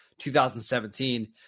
2017